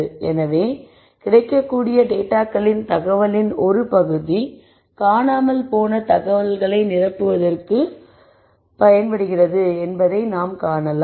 எனவே கிடைக்கக்கூடிய டேட்டாகளின் தகவலின் ஒரு பகுதி காணாமல் போன தகவல்களை நிரப்புகிறது என்பதை நாம் காணலாம்